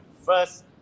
first